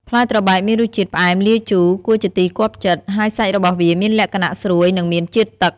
ផ្លែត្របែកមានរសជាតិ ផ្អែមលាយជូរ គួរជាទីគាប់ចិត្ត ហើយសាច់របស់វាមានលក្ខណៈ ស្រួយ និង មានជាតិទឹក។